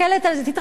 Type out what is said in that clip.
תתרכז בי,